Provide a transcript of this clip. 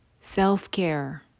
Self-care